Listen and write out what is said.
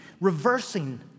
reversing